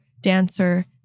dancer